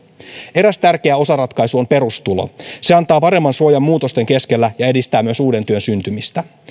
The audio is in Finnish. eräs tärkeä osaratkaisu on perustulo se antaa paremman suojan muutosten keskellä ja edistää myös uuden työn syntymistä